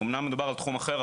אומנם מדובר על תחום אחר,